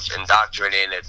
indoctrinated